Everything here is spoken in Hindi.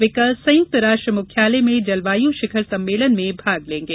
वे कल संयुक्त राष्ट्र मुख्यालय में जलवायु शिखर सम्मेलन में भाग लेंगे